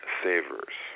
savers